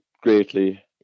greatly